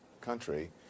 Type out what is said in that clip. country